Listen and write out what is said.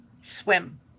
Swim